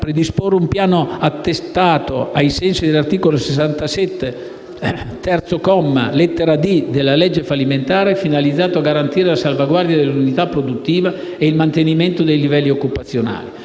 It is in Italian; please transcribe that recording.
predisporre un piano attestato ai sensi dell'articolo 67, terzo comma, lettera *d)*, della legge fallimentare, finalizzato a garantire la salvaguardia dell'unità produttiva e il mantenimento dei livelli occupazionali.